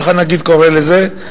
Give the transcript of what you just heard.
כך הנגיד קורא לזה.